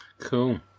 cool